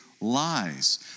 lies